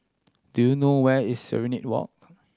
do you know where is Serenade Walk